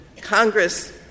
Congress